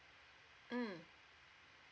mm